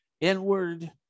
inward